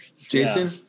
jason